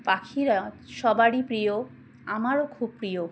পাখিরা সবারই প্রিয় আমারও খুব প্রিয়